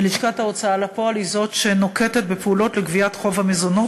לשכת ההוצאה לפועל היא שנוקטת את הפעולות לגביית חוב המזונות,